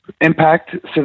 Impact